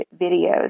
videos